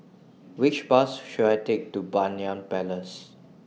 Which Bus should I Take to Banyan Place